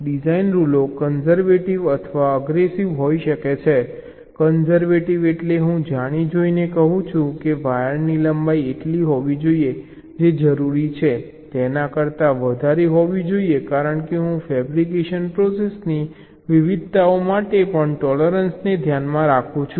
design રૂલો conservative અથવા aggressive હોઈ શકે છે કન્ઝર્વેટિવ એટલે હું જાણી જોઈને કહું છું કે વાયરની લંબાઈ એટલી હોવી જોઈએ જે જરૂરી છે તેના કરતાં વધારે હોવી જોઈએ કારણ કે હું ફેબ્રિકેશન પ્રોસેસની વિવિધતાઓ માટે પણ ટોલરન્સને ધ્યાનમાં રાખું છું